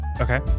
Okay